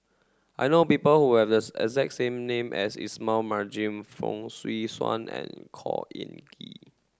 I know people who have the exact name as Ismail Marjan Fong Swee Suan and Khor Ean Ghee